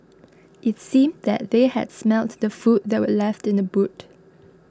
it seemed that they had smelt the food that were left in the boot